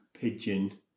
pigeon